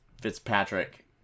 Fitzpatrick